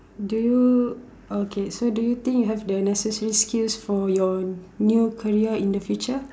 do you okay so do you think you have the necessary skills for your new career in the future